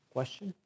Question